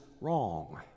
wrong